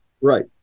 Right